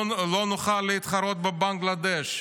לא נוכל להתחרות בבנגלדש.